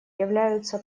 являются